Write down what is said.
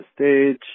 stage